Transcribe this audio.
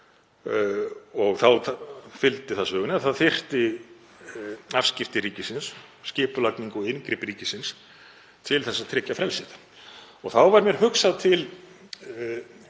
Þá fylgdi sögunni að það þyrfti afskipti ríkisins, skipulagningu og inngrip ríkisins, til að tryggja frelsið. Þá varð mér hugsað til